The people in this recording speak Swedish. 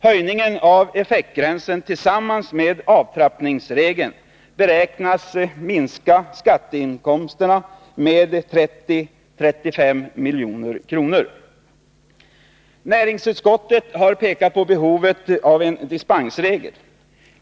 Höjningen av effektgränsen tillsammans med avtrappningsregeln beräknas minska skatteinkomsterna med 30-35 milj.kr. Näringsutskottet har pekat på behovet av en dispensregel.